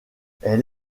elle